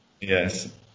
Yes